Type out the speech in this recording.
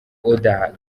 oda